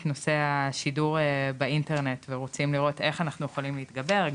נושאי השידור באינטרנט ורוצים לראות איך אנחנו יכולים להתגבר,